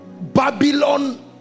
babylon